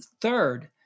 Third